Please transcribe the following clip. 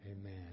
Amen